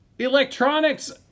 Electronics